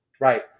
Right